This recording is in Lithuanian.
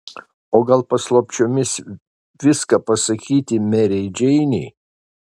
o gal paslapčiomis viską pasakyti merei džeinei